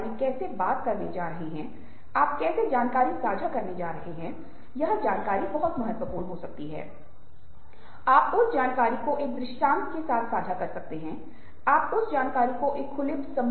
क्या यह है कि लोग स्वाभाविक रूप से सहानुभूति रखते हैं और हम सहानुभूति या सहानुभूति की संस्कृति को विकसित नहीं कर सकते बल्कि यह भी शायद ऐसा न हो